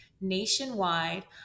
nationwide